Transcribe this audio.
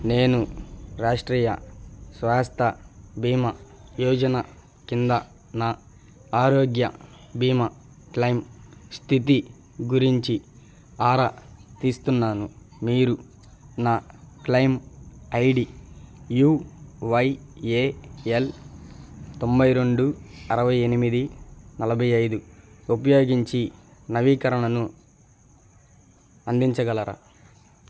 నేను రాష్ట్రీయ స్వాస్థ్య భీమా యోజన కింద నా ఆరోగ్య భీమా క్లెయిమ్ స్థితి గురించి ఆరా తీస్తున్నాను మీరు నా claim ID U Y A L తొంభై రెండు అరవై ఎనిమిది నలభై ఐదు ఉపయోగించి నవీకరణను అందించగలరా